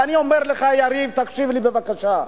ואני אומר לך, יריב, תקשיב לי בבקשה.